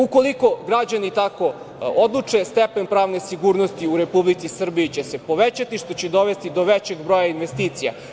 Ukoliko građani tako odluče, stepen pravne sigurnosti u Republici Srbiji će se povećati što će dovesti do većeg broja investicija.